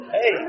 Hey